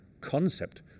concept